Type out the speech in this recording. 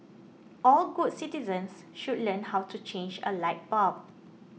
all good citizens should learn how to change a light bulb